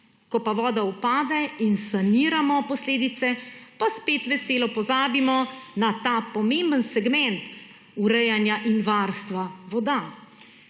ko pa voda upade in saniramo posledice, pa spet veselo pozabimo na ta pomemben segment urejanja in varstva voda.